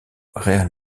real